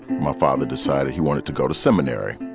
my father decided he wanted to go to seminary.